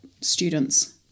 students